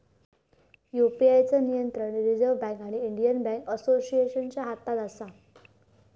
UPI चा नियंत्रण reserve bank आणि इंडियन बॅन्क असोसिएशनच्या हातात असा